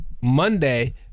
monday